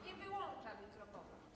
Nie wyłącza mikrofonu.